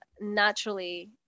naturally